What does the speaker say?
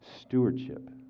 stewardship